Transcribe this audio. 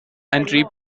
entry